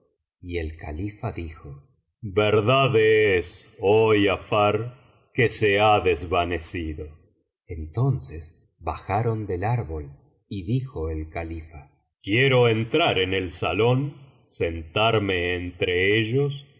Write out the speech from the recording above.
y el califa dijo verdad es oh giafar biblioteca valenciana generalitat valenciana historia de dulce amiga que se ha desvanecido entonces bajaron del árbol y dijo el califa quiero entrar eu el salón sentarme entre ellos